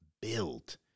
build